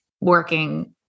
working